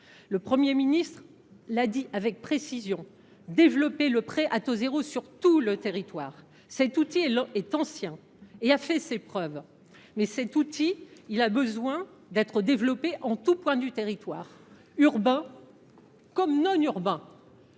Le Premier ministre l’a dit avec précision, il importe de développer le prêt à taux zéro (PTZ) sur tout le territoire. Cet outil est ancien et a fait ses preuves, mais il a besoin d’être proposé en tout point du territoire, urbain comme non urbain,